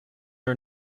are